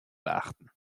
beachten